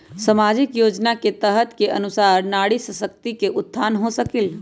सामाजिक योजना के तहत के अनुशार नारी शकति का उत्थान हो सकील?